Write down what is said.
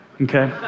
okay